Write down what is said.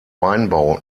weinbau